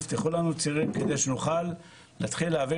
תפתחו לנו צירים כדי שנוכל להתחיל להעביר